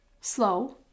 slow